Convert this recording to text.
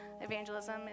Evangelism